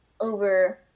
over